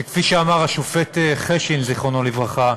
שכפי שאמר השופט חשין, זיכרונו לברכה,